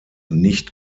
nicht